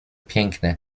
piękne